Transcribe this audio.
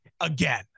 again